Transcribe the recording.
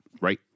Right